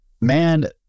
man